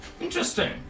Interesting